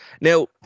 now